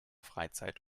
freizeit